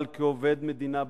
אבל כעובד מדינה בכיר,